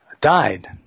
died